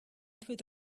through